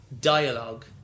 dialogue